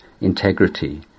integrity